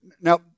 Now